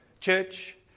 church